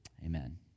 Amen